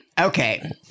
Okay